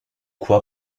quoi